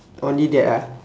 only that ah